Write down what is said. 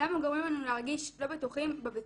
למה גורמים לנו להרגיש לא בטוחים בבית